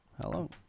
hello